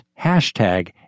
hashtag